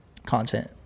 content